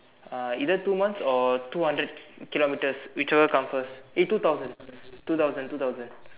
uh either two months or two hundred kilometers whichever come first eh two thousand two thousand two thousand